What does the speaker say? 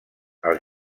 als